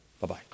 Bye-bye